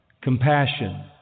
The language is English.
compassion